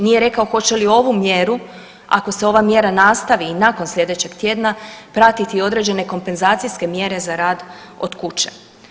Nije rekao hoće li ovu mjeru ako se ova mjera nastavi i nakon sljedećeg tjedna pratiti određene kompenzacijske mjere za rad od kuće.